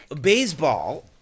Baseball